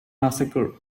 massacre